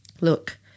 Look